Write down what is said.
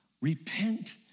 repent